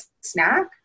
snack